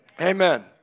Amen